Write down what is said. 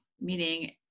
meaning